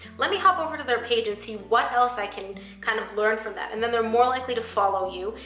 let me hop over to their page and see what else i can kind of learn from that, and then they're more likely to follow you.